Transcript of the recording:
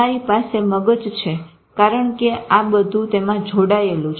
તમારી પાસે મગજ છે કારણ કે બધું તેમાં જોડાયેલું છે